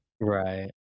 right